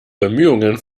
bemühungen